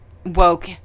woke